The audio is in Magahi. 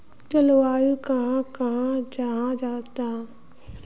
जलवायु कहाक कहाँ जाहा जाहा?